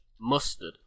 Mustard